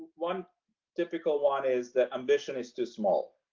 one difficult one. is that ambition is too small,